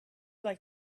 like